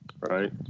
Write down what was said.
Right